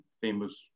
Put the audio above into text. famous